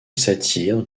satire